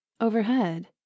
Overhead